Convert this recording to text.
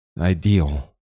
ideal